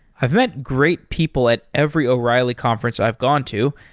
i've met great people at every o'reilly conference i've gone to.